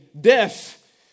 Death